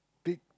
big